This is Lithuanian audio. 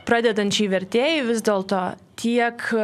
pradedančiai vertėjai vis dėlto tiek